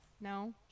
No